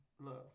love